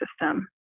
system